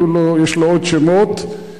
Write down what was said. יש לו עוד שמות.